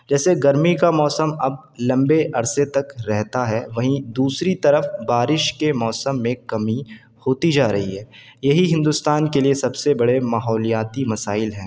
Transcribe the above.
جیسے گرمی کا موسم اب لمبے عرصے تک رہتا ہے وہیں دوسری طرف بارش کے موسم میں کمی ہوتی جا رہی ہے یہی ہندوستان کے لیے سب سے بڑے ماحولیاتی مسائل ہیں